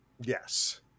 Yes